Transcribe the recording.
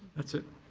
that's it.